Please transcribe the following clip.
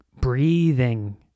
Breathing